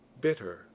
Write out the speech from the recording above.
bitter